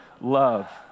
love